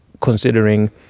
considering